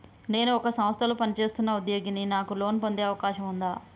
నేను ఒక సంస్థలో పనిచేస్తున్న ఉద్యోగిని నాకు లోను పొందే అవకాశం ఉందా?